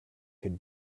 could